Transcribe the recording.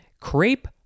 crepe